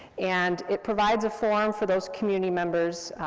and it provides a forum for those community members,